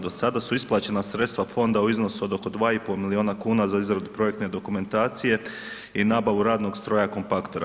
Do sada su isplaćena sredstva fonda u iznosu od oko 2,5 milijuna kuna za izradu projektne dokumentacije i nabavu radnog stroja kompaktora.